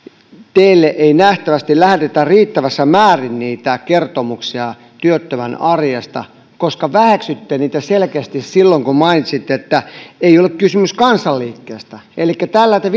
teille ei nähtävästi lähetetä riittävässä määrin niitä kertomuksia työttömän arjesta koska väheksyitte niitä selkeästi silloin kun mainitsitte että ei ole kysymys kansanliikkeestä elikkä tällä te